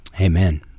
Amen